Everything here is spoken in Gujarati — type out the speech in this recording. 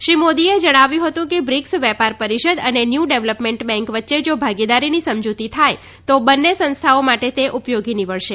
શ્રી મોદીએ જણાવ્યું હતું કે બ્રિક્સ વેપાર પરિષદ અને ન્યૂ ડેવલપમેન્ટ બેન્ક વચ્યે જો ભાગીદારીની સમજૂતિ થાય તો બંને સંસ્થાઓ માટે તે ઉપયોગી નિવડશે